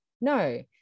no